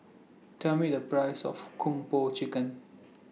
Tell Me The Price of Kung Po Chicken